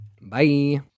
bye